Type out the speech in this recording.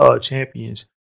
champions